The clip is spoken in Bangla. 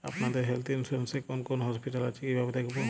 আপনাদের হেল্থ ইন্সুরেন্স এ কোন কোন হসপিটাল আছে কিভাবে দেখবো?